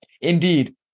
Indeed